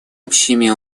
общими